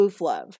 Love